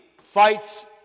fights